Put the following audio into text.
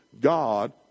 God